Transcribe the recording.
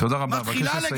-- תודה רבה, אני מבקש לסיים.